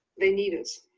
they need us.